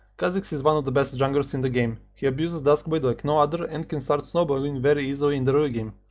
khazix is one of the best jungler in the game, he abuses duskblade like no other and can start snowballing very easily in the early game,